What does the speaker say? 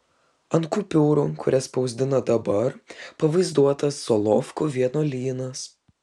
ant kupiūrų kurias spausdina dabar pavaizduotas solovkų vienuolynas